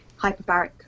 hyperbaric